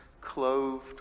clothed